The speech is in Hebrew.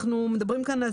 אנחנו מדברים כאן על